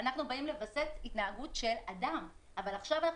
אנחנו באים לווסת התנהגות של אדם אבל עכשיו אנחנו